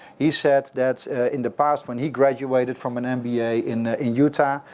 he said that in the past, when he graduated from and mba in utah,